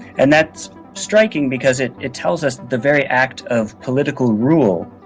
and that's striking because it it tells us the very act of political rule